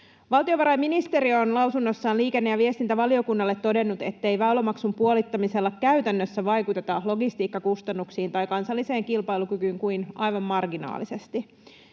Valtiovarainministeriö on lausunnossaan liikenne- ja viestintävaliokunnalle todennut, ettei väylämaksun puolittamisella käytännössä vaikuteta logistiikkakustannuksiin tai kansalliseen kilpailukykyyn kuin aivan marginaalisesti.